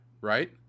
right